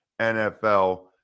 NFL